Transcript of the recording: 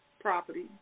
property